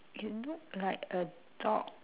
it look like a dog